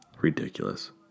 Ridiculous